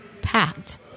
packed